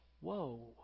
whoa